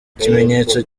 kimenyetso